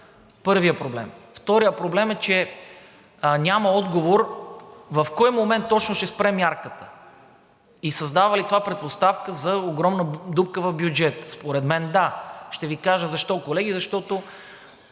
Първият проблем. Вторият проблем е, че няма отговор в кой момент точно ще спре мярката и създава ли това предпоставка за огромна дупка в бюджета? Според мен да, и ще Ви кажа защо, колеги. Точно